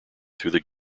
through